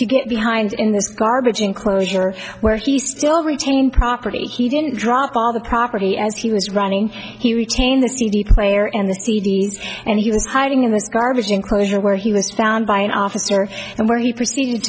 to get behind in this garbage enclosure where he still retain property he didn't drop on the property as he was running he retained the cd player in the cd and he was hiding in the garbage enclosure where he was found by an officer and where he proceeded